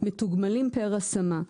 מתוגמלים פר השמה.